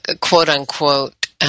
quote-unquote